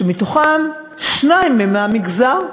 שמתוכם שניים הם מהמגזר.